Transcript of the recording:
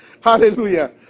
Hallelujah